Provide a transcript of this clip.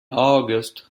august